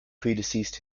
predeceased